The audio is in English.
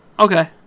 Okay